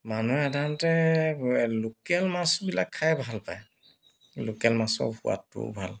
মানুহে সাধাৰণতে লোকল মাছবিলাক খাই ভাল পায় লোকেল মাছৰ সোৱাদটোও ভাল